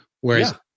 Whereas